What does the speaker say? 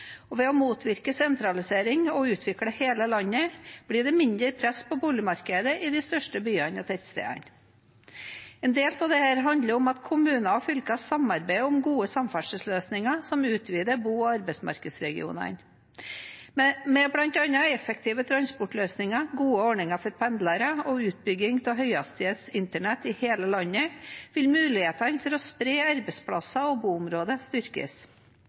Ved å motvirke sentralisering og utvikle hele landet blir det mindre press på boligmarkedet i de største byene og tettstedene. En del av dette handler om at kommuner og fylker samarbeider om gode samferdselsløsninger som utvider bo- og arbeidsmarkedsregionene. Med bl.a. effektive transportløsninger, gode ordninger for pendlere og utbygging av høyhastighetsinternett i hele landet vil mulighetene for å spre arbeidsplasser og boområder styrkes.